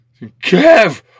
Kev